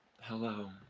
Hello